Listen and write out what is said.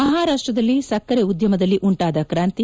ಮಹಾರಾಷ್ಷದಲ್ಲಿ ಸಕ್ಕರೆ ಉದ್ದಮದಲ್ಲಿ ಉಂಟಾದ ಕ್ರಾಂತಿ